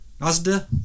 Asda